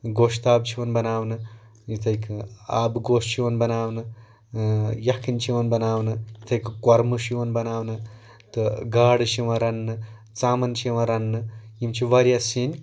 گوٚشتاب چھِ یِوان بناونہٕ یِتھَے کٔنۍ آبہٕ گوش چھُ یِوان بناونہٕ یَکٕھںۍ چھِ یِوان بناونہٕ یِتھَے کٔنۍ کۄرمہِ چھِ یِوان بناونہٕ تہٕ گاڈٕ چھِ یِوان رَننہٕ ژامَن چھِ یِوان رَننہٕ یِم چھِ واریاہ سِنۍ